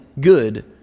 good